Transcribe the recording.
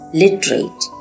literate